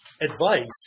advice